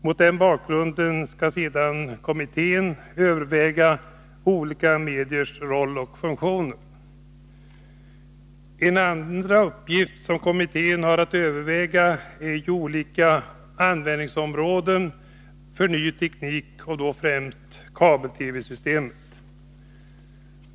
Mot denna bakgrund skall sedan kommittén överväga olika mediers roll och funktioner. En andra uppgift som kommittén har att överväga är olika användningsområden för ny teknik och då främst kabel-TV-systemet.